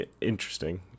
interesting